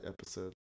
episode